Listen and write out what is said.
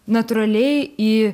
natūraliai į